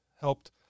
helped